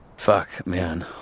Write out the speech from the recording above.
fuck, man.